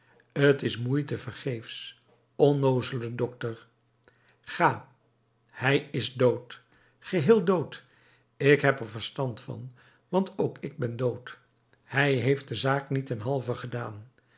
t is moeite vergeefsch onnoozele dokter ga hij is dood geheel dood ik heb er verstand van want ook ik ben dood hij heeft de zaak niet ten halve gedaan